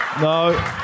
no